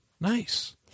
Nice